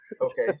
Okay